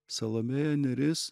salomėja nėris